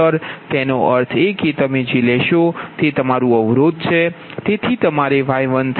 15 તેનો અર્થ એ કે તમે જે લેશો તે તમારું અવરોધ છે